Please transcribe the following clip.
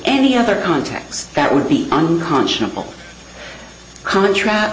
any other context that would be unconscionable contract